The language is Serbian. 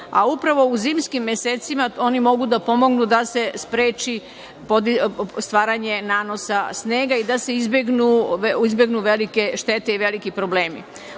a upravo uz zimskim mesecima oni mogu da pomognu da se spreči stvaranje nanosa snega i da se izbegnu velike štete i veliki problemi.U